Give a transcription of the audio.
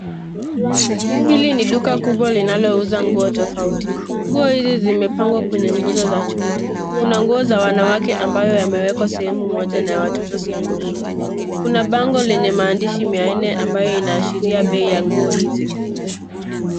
Hili ni duka kubwa linalouza nguo tofauti. Nguo hizi zimepangwa kwenye nguzo za chuma. Kuna nguo za wanawake ambayo yamewekwa sehemu moja na watoto sehemu nyingine. Kuna bango lenye maandishi mia nne mabayo inaashiria bei ya nguo hizi.